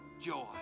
joy